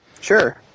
Sure